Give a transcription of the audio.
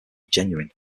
genuine